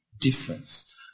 difference